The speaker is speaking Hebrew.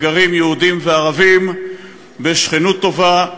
שגרים בה יהודים וערבים בשכנות טובה,